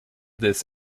this